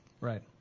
Right